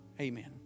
Amen